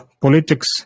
politics